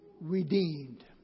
Redeemed